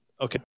okay